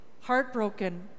heartbroken